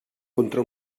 contra